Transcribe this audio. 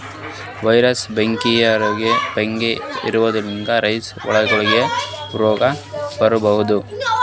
virus, bacteria, fungi ಇವದ್ರಲಿಂತ್ ರೇಶ್ಮಿ ಹುಳಗೋಲಿಗ್ ರೋಗ್ ಬರಬಹುದ್